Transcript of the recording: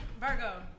Virgo